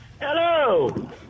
Hello